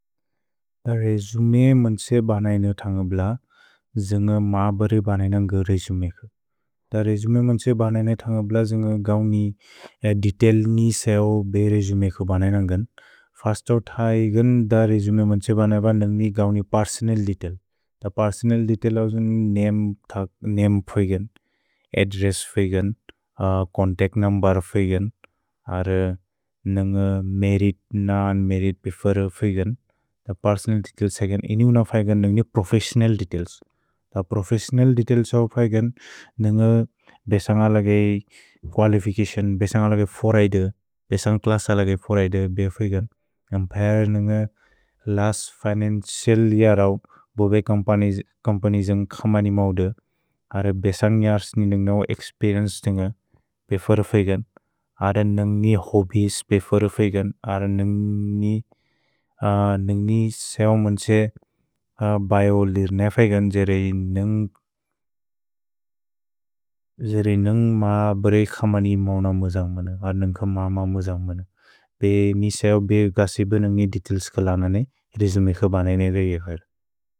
त् र्जुम् मन् त्से बनय्ने थन्ग ब्ल, जन्ग मबरे बनय्ने न्ग र्जुमेक्। त् र्जुम् मन् त्से बनय्ने थन्ग ब्ल, जन्ग गौनि देतैल् नि स्ओ बे र्जुमेक् बनय्ने न्गन्। त् फस्तौ थैगन्, त् र्जुम् मन् त्से बनय्ने बन् नन्ग गौनि पेर्सोनल् देतैल्। त् पेर्सोनल् देतैल् औजुन् नेअम् फैगन्, अद्द्रेस्स् फैगन्, चोन्तच्त् नुम्बेर् फैगन्, अर् नन्ग मेरित्, नोन्-मेरित् प्रेफेर् फैगन्, त् पेर्सोनल् देतैल्स् थैगन्, इनुन फैगन् नन्ग प्रोफेस्सिओनल् देतैल्स्। त् प्रोफेस्सिओनल् देतैल्स् औजुन् फैगन्, नन्ग बेसन्ग् अलगि कुअलिफिचतिओन्, बेसन्ग् अलगि फोरेइदेर्, बेसन्ग् क्लस् अलगि फोरेइदेर् बे फैगन्। न्गन् फैगन् नन्ग लस्त् फिनन्चिअल् येअर् अव्, बोबे चोम्पन्य् जन्ग् खमनि मौदे, अरे बेसन्ग् येअर्स् नि नन्ग एक्स्पेरिएन्चे नन्ग प्रेफेर् फैगन्, अरे नन्गि होब्बिएस् प्रेफेर् फैगन्, अरे नन्गि, नन्गि स्ओ मन् त्से बयो लिर् ने फैगन्, जेरे नन्ग्, जेरे नन्ग् मा बोरे खमनि मौन मुजौन्ग्मनु, अरे नन्ग् क मम मुजौन्ग्मनु। पे मि स्ओ बे गसिबे नन्गि देतैल्स् क लनने, र्जुम् क बनय्ने रेय् फैगन्।